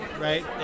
Right